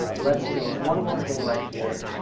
ah let's change one more thing right here,